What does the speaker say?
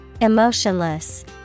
Emotionless